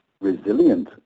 resilient